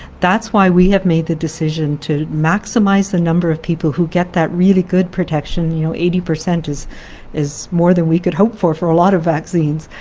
that's why we have made the decision to maximize the number of people who get that really good protection, you know eighty per cent is is more than we could hope for, for a lot of vaccines,